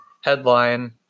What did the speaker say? headline